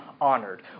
honored